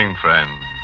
Friends